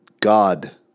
God